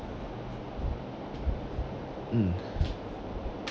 mm